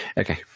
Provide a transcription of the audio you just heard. Okay